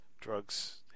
drugs